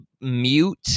mute